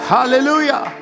Hallelujah